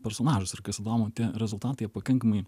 personažus ir kas įdomu tie rezultatai jie pakankamai